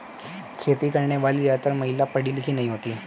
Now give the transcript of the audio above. खेती करने वाली ज्यादातर महिला पढ़ी लिखी नहीं होती